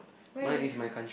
where is that true